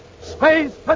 Space